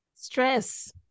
stress